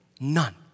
None